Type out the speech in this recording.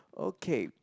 okay